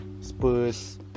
Spurs